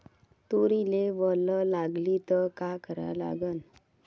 तुरीले वल लागली त का करा लागन?